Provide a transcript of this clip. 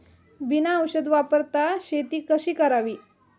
बिना औषध वापरता शेती कशी करावी?